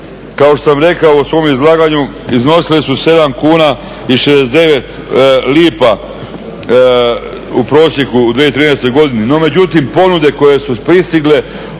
kao što sam rekao u svom izlaganju, iznosile su 7 kuna i 69 lipa u prosijeku u 2013. godini. No međutim ponude koje su pristigle